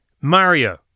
Mario